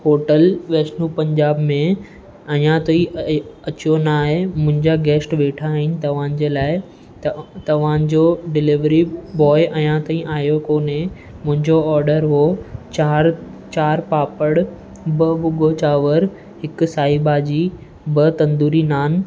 hotel Vaishno Punjab में अञा ताईं अचो नाहे मुंहिंजा गेश्ट वेठा आहिनि तव्हांजे लाइ तव्हांजो डिलेवरी बॉय अञा ताईं आयो कोने मुंहिंजो ऑडर उहो चार चार पापड़ ॿ भुॻो चांवर हिकु साई भाॼी ॿ तंदूरी नान